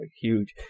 huge